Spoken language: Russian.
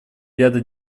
ряда